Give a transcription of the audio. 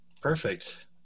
Perfect